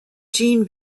gene